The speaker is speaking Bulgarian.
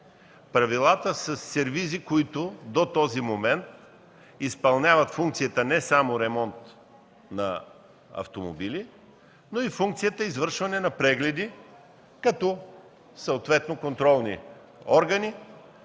правилата със сервизи, които до този момент изпълняват функцията не само ремонт на автомобили, но и функцията извършване на прегледи, като съответно контролни органи,